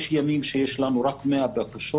יש ימים שיש לנו רק 100 בקשות,